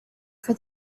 for